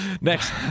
Next